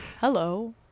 Hello